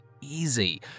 easy